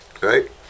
right